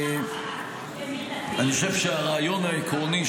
אני חושב שהרעיון העקרוני,